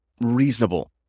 reasonable